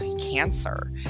cancer